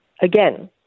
again